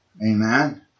Amen